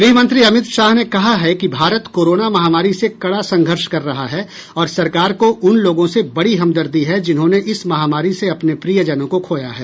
ग्रहमंत्री अमित शाह ने कहा है कि भारत कोरोना महामारी से कड़ा संघर्ष कर रहा है और सरकार को उन लोगों से बड़ी हमदर्दी है जिन्होंने इस महामारी से अपने प्रियजनों को खोया है